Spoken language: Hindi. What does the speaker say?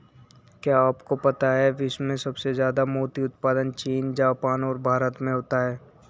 क्या आपको पता है विश्व में सबसे ज्यादा मोती उत्पादन चीन, जापान और भारत में होता है?